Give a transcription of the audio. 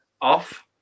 off